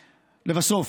לבסוף,